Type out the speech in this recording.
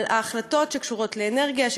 אבל ההחלטות שקשורות לאנרגיה,